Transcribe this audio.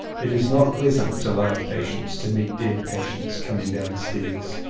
it is not pleasant to live patients to meet dead patients coming down stairs!